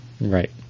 Right